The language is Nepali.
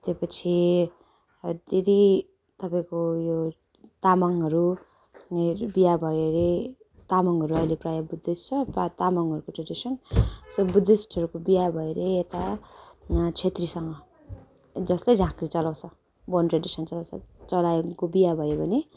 त्योपछि त्यदि तपाईँको उयो तामाङहरू उनीहरू बिहा भयो अरे तामाङहरू अहिले प्राय बुद्धिस्ट छ पात तामाङहरूको ट्रेडिसन सो बुद्धिस्टहरूको बिहा भयो अरे यता यहाँ छेत्रीसँग जस्तै झाँक्री चलाउँछ बन ट्रे़डिसन चलाउँछ चलाएको बिहा भयो भने